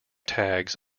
tags